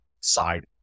side